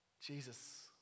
Jesus